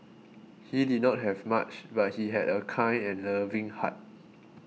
he did not have much but he had a kind and loving heart